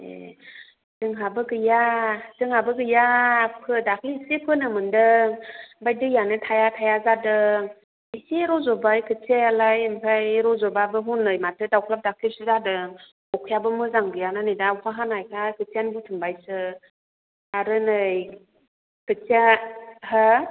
ए जोंहाबो गैया जोंहाबो गैया दाख्लै एसे फोनो मोन्दों ओमफ्राय दैआनो थाया थाया जादों एसे रज'बाय खोथियायालाय ओमफ्राय रज'बाबो हनै माथो दावख्लाब दावख्लिबसो जादों अखायाबो मोजां गैयाना नै दा अखा हानायखाय खोथियायानो थैफिनबायसो आरो नै खोथिया हो